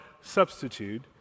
substitute